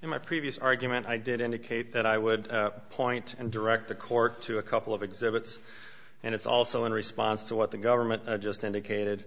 in my previous argument i did indicate that i would point and direct the court to a couple of exhibits and it's also in response to what the government just indicated